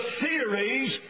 theories